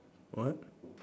what